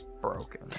Broken